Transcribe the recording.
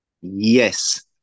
Yes